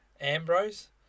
Ambrose